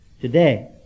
today